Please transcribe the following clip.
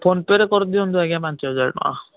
phone ପେରେ କରିଦିଅନ୍ତୁ ଆଜ୍ଞା ପାଞ୍ଚ ହଜାର ଟଙ୍କା